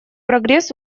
прогресс